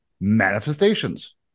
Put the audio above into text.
manifestations